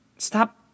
Stop